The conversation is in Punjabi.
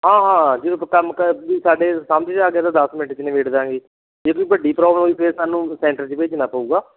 ਹਾਂ ਹਾਂ ਜਦੋਂ ਕੋਈ ਕੰਮ ਕਰਨ ਦੀ ਸਾਡੇ ਸਮਝ 'ਚ ਆ ਗਿਆ ਤਾਂ ਦਸ ਮਿੰਟ 'ਚ ਨਿਬੇੜ ਦੇਵਾਂਗੇ ਜੇ ਕੋਈ ਵੱਡੀ ਪ੍ਰੋਬਲਮ ਹੋਈ ਫੇਰ ਸਾਨੂੰ ਸੈਂਟਰ 'ਚ ਭੇਜਣਾ ਪਊਗਾ